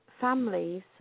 families